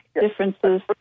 differences